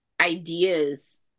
ideas